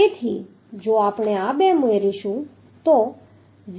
તેથી જો આપણે આ બે ઉમેરીશું તો 0